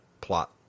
plot